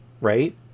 Right